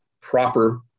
proper